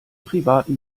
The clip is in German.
privaten